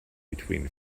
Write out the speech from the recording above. between